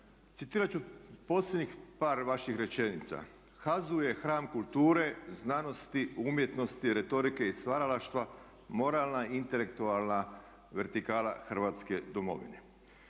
Citirat ću posljednjih par vaših rečenica: "HAZU je hram kulture, znanosti, umjetnosti, retorike i stvaralaštva, moralna i intelektualna vertikala Hrvatske domovine."